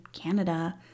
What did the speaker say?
Canada